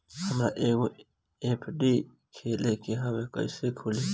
हमरा एगो एफ.डी खोले के हवे त कैसे खुली?